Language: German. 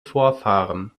vorfahren